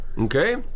Okay